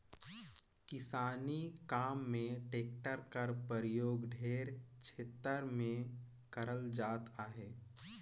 किसानी काम मे टेक्टर कर परियोग ढेरे छेतर मे करल जात अहे